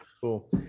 Cool